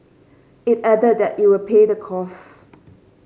it added that it will pay the costs